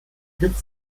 hit